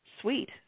Sweet